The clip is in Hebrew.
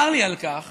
צר לי על כך